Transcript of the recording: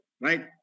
right